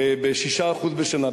של 6% בשנה.